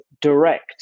direct